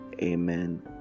amen